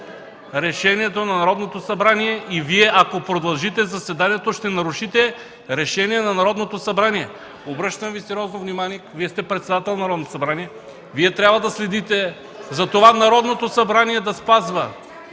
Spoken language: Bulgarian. решението на Народното събрание и Вие, ако продължите заседанието, ще нарушите решение на Народното събрание. Обръщам Ви сериозно внимание, Вие сте председател на Народното събрание, Вие трябва да следите за това Народното събрание да спазва